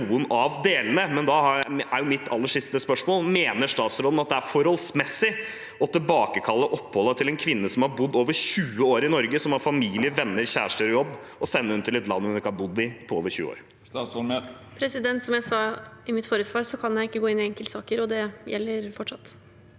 men da er mitt aller siste spørsmål: Mener statsråden at det er forholdsmessig å tilbakekalle oppholdet til en kvinne som har bodd over 20 år i Norge, som har familie, venner, kjæreste og jobb, og sende henne til et land hun ikke har bodd i på over 20 år? Statsråd Emilie Mehl Som jeg sa i mitt forrige svar, kan jeg ikke gå inn i enkeltsaker, og det gjelder fortsatt.